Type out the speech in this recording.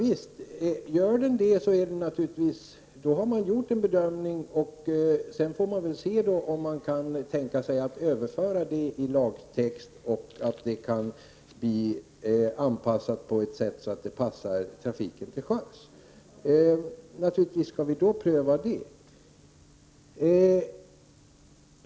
Om den gör det har man naturligtvis gjort en bedömning, och vi får väl se om tankarna kan överföras till lagtext och anpassas på ett sådant sätt att reglerna passar trafiken till sjöss. Naturligtvis skall vi pröva den frågan.